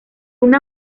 una